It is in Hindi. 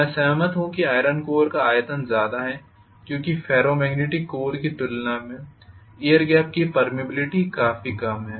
मैं सहमत हूँ कि आइरन कोर का आयतन ज्यादा है क्यूंकि फेरो मैग्नेटिक कोर की तुलना में एयर गेप की पर्मिबिलिटी काफी कम है